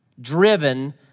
driven